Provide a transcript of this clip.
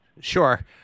Sure